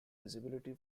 visibility